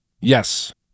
Yes